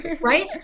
Right